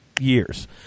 years